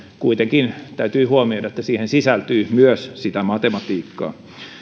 kuitenkin täytyy huomioida että siihen sisältyy myös sitä matematiikkaa